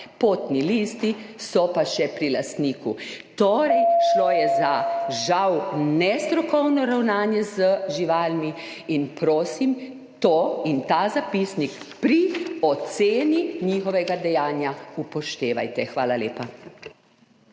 potni listi so pa še pri lastniku. Torej, šlo je za, žal, nestrokovno ravnanje z živalmi. In, prosim, to in ta zapisnik pri oceni njihovega dejanja upoštevajte. Hvala lepa.